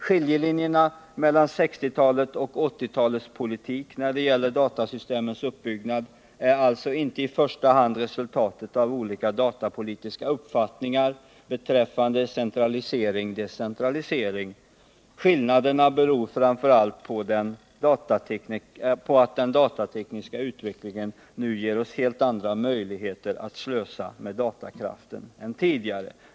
Skiljelinjerna mellan 1960 och 1980-talets politik när det gäller datasystemens uppbyggnad är alltså inte i första hand resultatet av olika datapolitiska uppfattningar beträffande centralisering och decentralisering. Skillnaderna beror framför allt på att den datatekniska utvecklingen nu ger oss helt andra möjligheter att slösa med datakraften än tidigare.